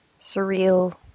surreal